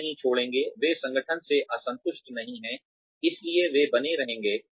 वे नहीं छोड़ेंगे वे संगठन से असंतुष्ट नहीं हैं इसलिए वे बने रहेंगे